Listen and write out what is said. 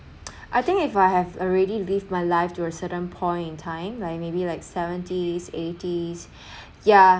I think if I have already live my life to a certain point in time like maybe like seventies eighties yeah